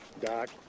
Doc